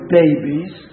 babies